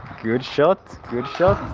good shot good shot